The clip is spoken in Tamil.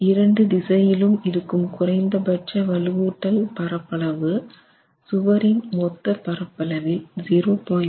இரண்டு திசையிலும் இருக்கும் குறைந்தபட்ச வலுவூட்டல் பரப்பளவு சுவரின் மொத்த பரப்பளவில் 0